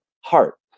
heart